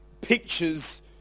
pictures